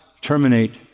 terminate